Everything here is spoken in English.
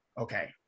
okay